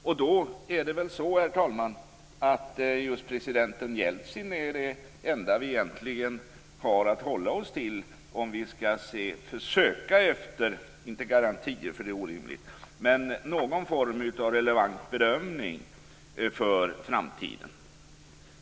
Men det är väl så, herr talman, att just president Jeltsin är det enda vi egentligen har att hålla oss till om vi skall söka efter någon form av relevant bedömning för framtiden.